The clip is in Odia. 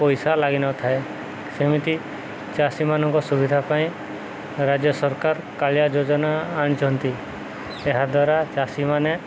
ପଇସା ଲାଗିନଥାଏ ସେମିତି ଚାଷୀମାନଙ୍କ ସୁବିଧା ପାଇଁ ରାଜ୍ୟ ସରକାର କାଳିଆ ଯୋଜନା ଆଣିଛନ୍ତି ଏହାଦ୍ୱାରା ଚାଷୀମାନେ